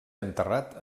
enterrat